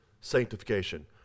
sanctification